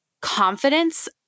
confidence